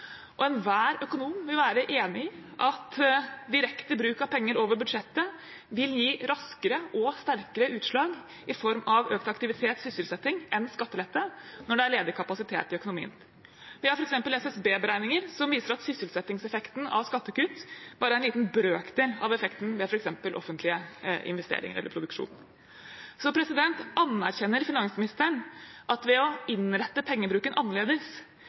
Enhver økonom vil være enig i at direkte bruk av penger over budsjettet vil gi raskere og sterkere utslag i form av økt aktivitet, sysselsetting, enn skattelette når det er ledig kapasitet i økonomien. Vi har f.eks. SSB-beregninger som viser at sysselsettingseffekten av skattekutt bare er en liten brøkdel av effekten ved f.eks. offentlige investeringer eller produksjon. Anerkjenner finansministeren at ved å innrette pengebruken annerledes